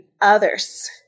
others